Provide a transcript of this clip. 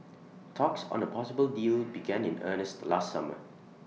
talks on A possible deal began in earnest last summer